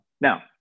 now